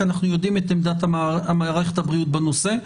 כי אנחנו יודעים את עמדת מערכת הבריאות בנושא.